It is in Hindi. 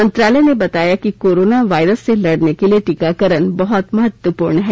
मंत्रालय ने बताया कि कोरोना वायरस से लडने के लिए टीकाकरण बहुत महत्वपूर्ण है